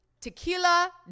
Tequila